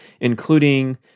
including